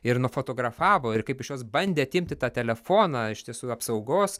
ir nufotografavo ir kaip iš jos bandė atimti tą telefoną iš tiesų apsaugos